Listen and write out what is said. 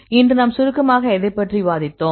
இன்று நாம் சுருக்கமாக எதைப் பற்றி விவாதிக்கிறோம்